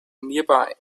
nearby